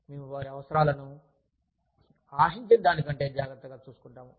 మేము వారి అవసరాలను ఆశించిన దానికంటే జాగ్రత్తగా చూసుకుంటాము